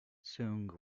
sung